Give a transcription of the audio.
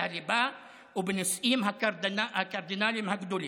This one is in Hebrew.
הליבה ובנושאים הקרדינליים הגדולים.